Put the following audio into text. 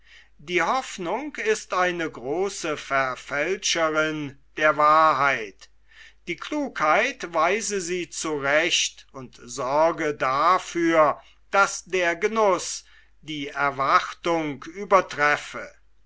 die hoffnung ist eine große verfälscherin der wahrheit die klugheit weise sie zurecht und sorge dafür daß der genuß die erwartung übertreffe